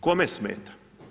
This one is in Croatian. Kome smeta?